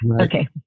Okay